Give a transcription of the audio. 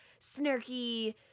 snarky